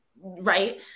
right